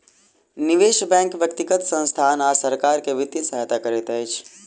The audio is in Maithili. निवेश बैंक व्यक्तिगत संसथान आ सरकार के वित्तीय सहायता करैत अछि